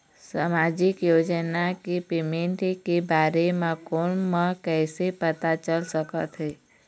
सामाजिक योजना के पेमेंट के बारे म फ़ोन म कइसे पता चल सकत हे?